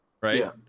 right